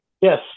Yes